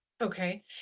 okay